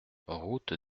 route